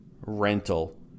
rental